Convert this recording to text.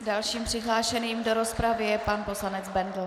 Dalším přihlášeným do rozpravy je pan poslanec Bendl.